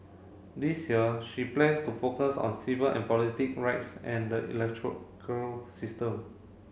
this year she plans to focus on civil and politic rights and the system